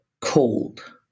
cold